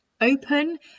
open